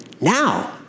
Now